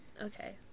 Okay